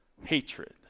Hatred